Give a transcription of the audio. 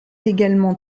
également